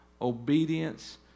obedience